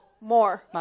More